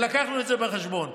לקחנו את זה בחשבון.